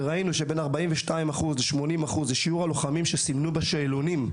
וראינו שבין 42% ל-80% זה שיעור הלוחמים שסימנו בשאלונים,